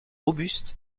robuste